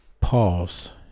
pause